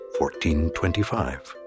1425